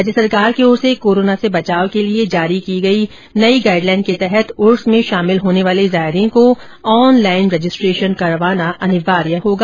राज्य सरकार की ओर से कोरोना से बचाव के लिए जारी की गई नई गाइड लाइन के तहत उर्स में शामिल होने वाले जायरीन को ऑनलाइन रजिस्ट्रेशन करवाना अनिवार्य होगा